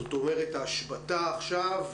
זאת אומרת לעניין ההשבתה עכשיו,